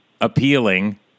Appealing